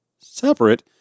separate